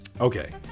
Okay